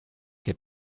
che